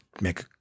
make